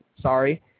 Sorry